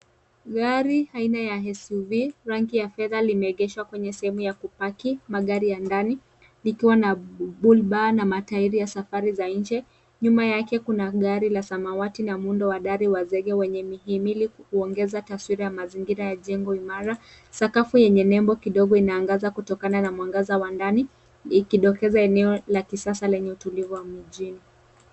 Gari aina ya SUV rangi ya fedha limeegeshwa kwenye sehemu ya kupaki magari ya ndani likiwa na bull-bar na matairi ya safari za njee. Nyuma yake kuna gari ya samawati na muundo wa dari wa sege wenye miimili kuongeza taswira ya jengo imara. Sakufu enye nebo kidogo inaangaza kutokana na mwangaza wa ndani, ikitokeza eneo la kisasa lenye utulivu wa mjini.